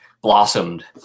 blossomed